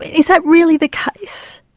is that really the case?